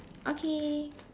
okay